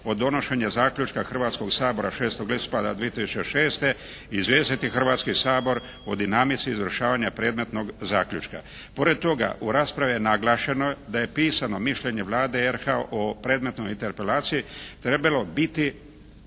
od donošenja zaključka Hrvatskog sabora 6. listopada 2006. izvijestiti Hrvatski sabor o dinamici izvršavanja predmetnog zaključka. Pored toga, u raspravi je naglašeno da je pisano mišljenje Vlade RH o predmetnoj interpelaciji trebalo biti